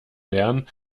lernen